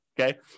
okay